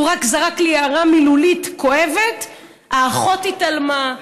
הוא רק זרק הערה מילולית כואבת והאחות התעלמה,